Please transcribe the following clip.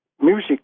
music